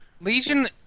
Legion